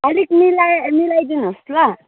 अलिक मिलाए मिलाइदिनुहोस् ल